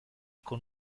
con